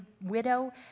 widow